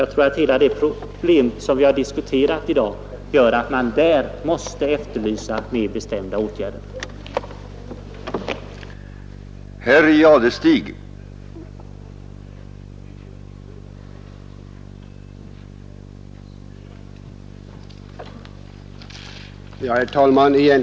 När det gäller hela det problem som vi har diskuterat i dag måste man därför efterlysa hos regeringen mera bestämda åtgärder för kvinnornas del.